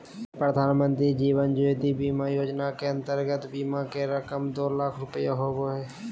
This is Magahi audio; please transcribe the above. प्रधानमंत्री जीवन ज्योति बीमा योजना के अंतर्गत बीमा के रकम दो लाख रुपया होबो हइ